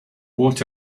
what